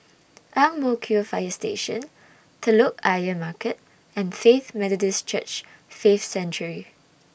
Ang Mo Kio Fire Station Telok Ayer Market and Faith Methodist Church Faith Sanctuary